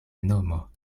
nomo